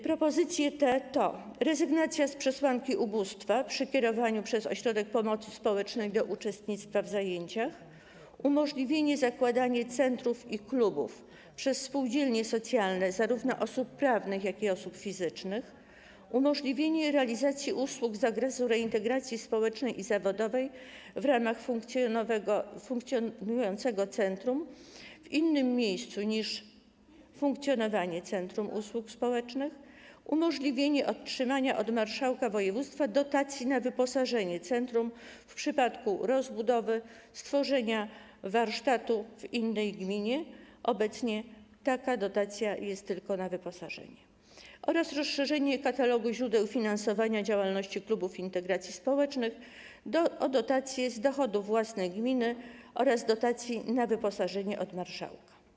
Propozycje te to: rezygnacja z przesłanki ubóstwa przy kierowaniu przez ośrodek pomocy społecznej do uczestnictwa w zajęciach; umożliwienie zakładania centrów i klubów przez spółdzielnie socjalne zarówno osób prawnych, jak i osób fizycznych; umożliwienie realizacji usług z zakresu reintegracji społecznej i zawodowej w ramach funkcjonującego centrum usług społecznych w innym miejscu niż miejsce funkcjonowania centrum; umożliwienie otrzymania od marszałka województwa dotacji na wyposażenie centrum w przypadku jego rozbudowy lub stworzenia warsztatów w innej gminie - obecnie taka dotacja jest tylko na wyposażenie - oraz rozszerzenie katalogu źródeł finansowania działalności klubów integracji społecznej o dotacje z dochodów własnych gminy oraz dotacje na wyposażenie od marszałka.